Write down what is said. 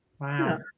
Wow